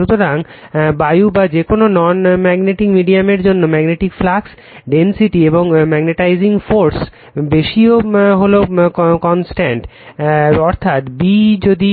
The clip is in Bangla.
সুতরাং বায়ু বা যেকোনো নন ম্যাগনেটিক মিডিয়ামের জন্য ম্যাগনেটিক ফ্লাক্স ডেনসিটি এবং ম্যাগনেটাইজিং ফোর্সের রেশিও হলো কনস্ট্যান্ট অর্থাৎ B যদি